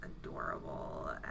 adorable